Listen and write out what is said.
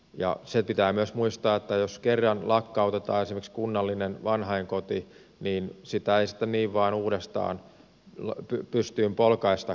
ja se pitää myös muistaa että jos kerran lakkautetaan esimerkiksi kunnallinen vanhainkoti niin sitä ei sitten niin vain uudestaan pystyyn polkaistakaan